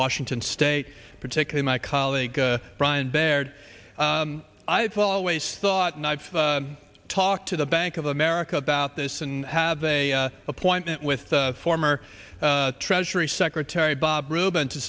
washington state particular my colleague brian baird i've always thought and i've talked to the bank of america about this and have a appointment with the former treasury secretary bob rubin to